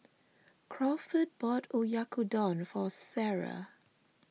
Crawford bought Oyakodon for Sarai